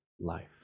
life